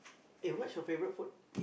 eh what's your favourite food